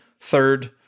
Third